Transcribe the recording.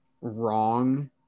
wrong